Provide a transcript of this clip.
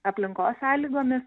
aplinkos sąlygomis